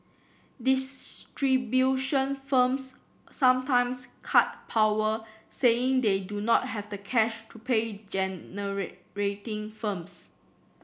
distribution firms sometimes cut power saying they do not have the cash to pay firms